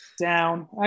down